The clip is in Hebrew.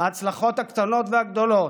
את ההצלחות הקטנות והגדולות,